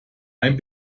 ein